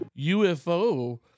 UFO